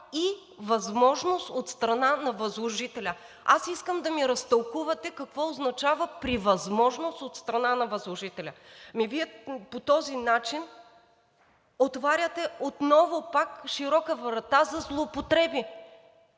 „и възможност от страна на възложителя“? Аз искам да ми разтълкувате какво означава „при възможност от страна на възложителя“. Ами Вие по този начин отваряте отново пак широка врата за злоупотреби